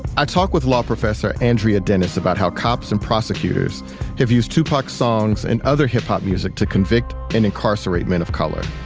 i talk with law professor andrea dennis about how cops and prosecutors have used tupac songs and other hip-hop music to convict and incarcerate men of color.